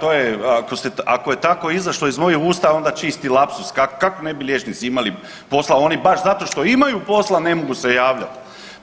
To je, ako je tako izašlo iz mojih usta onda čisti lapsus, kak, kak ne bi liječnici imali posla, oni baš zato što imaju posla ne mogu se javljat,